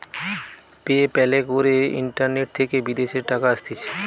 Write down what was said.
pay প্যালে করে internet থেকে বিদেশের টাকা আসতিছে